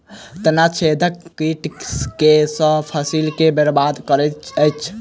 तना छेदक कीट केँ सँ फसल केँ बरबाद करैत अछि?